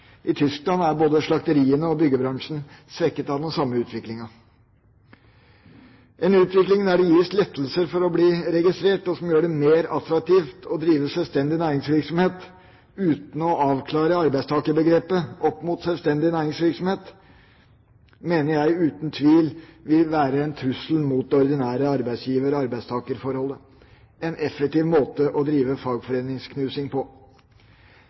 I Tyskland er både slakteriene og byggebransjen svekket av den samme utviklinga. En utvikling der det gis lettelser for å bli registrert, og som gjør det mer attraktivt å drive «selvstendig næringsvirksomhet» uten å avklare arbeidstakerbegrepet opp mot sjølstendig næringsvirksomhet, mener jeg uten tvil vil være en trussel mot det ordinære arbeidsgiver-/arbeidstakerforholdet, en effektiv måte å drive fagforeningsknusing på.